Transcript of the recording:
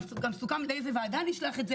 גם סוכם לאיזו ועדה נשלח את זה